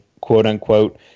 quote-unquote